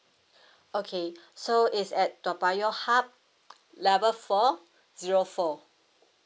okay so it's at toa payoh hub level four zero four